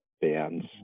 bands